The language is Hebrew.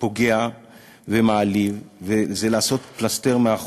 פוגע ומעליב וזה לעשות את החוק פלסתר.